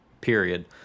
Period